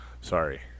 sorry